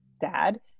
dad